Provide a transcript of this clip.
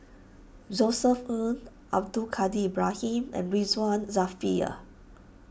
Josef Ng Abdul Kadir Ibrahim and Ridzwan Dzafir